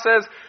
says